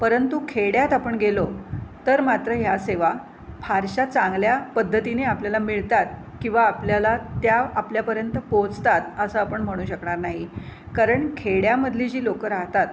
परंतु खेड्यात आपण गेलो तर मात्र ह्या सेवा फारशा चांगल्या पद्धतीने आपल्याला मिळतात किंवा आपल्याला त्या आपल्यापर्यंत पोचतात असं आपण म्हणू शकणार नाही कारण खेड्यामधली जी लोकं राहतात